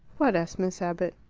what? asked miss abbott.